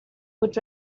would